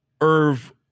Irv